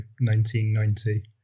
1990